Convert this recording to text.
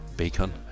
bacon